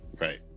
right